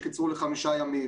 שקיצרו לחמישה ימים,